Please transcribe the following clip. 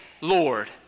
Lord